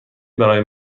برای